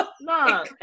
No